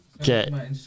Okay